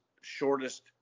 shortest